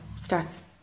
starts